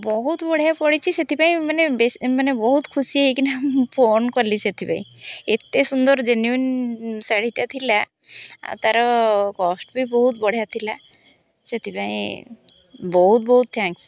ବହୁତ ବଢ଼ିଆ ପଡ଼ିଛି ସେଥିପାଇଁ ମାନେ ବେଶ ମାନେ ବହୁତ ଖୁସି ହୋଇକି ମୁଁ ଫୋନ୍ କଲି ସେଥିପାଇଁ ଏତେ ସୁନ୍ଦର ଜେନୁଇନ୍ ଶାଢ଼ିଟା ଥିଲା ଆଉ ତାର କଷ୍ଟ ବି ବହୁତ ବଢ଼ିଆ ଥିଲା ସେଥିପାଇଁ ବହୁତ ବହୁତ ଥ୍ୟାଙ୍କସ